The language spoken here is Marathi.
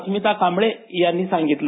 अस्मिता कांबळे यांनी सांगितलं